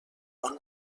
món